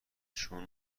چون